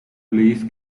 blaze